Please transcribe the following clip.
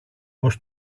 πως